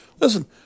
listen